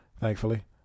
Thankfully